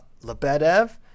Lebedev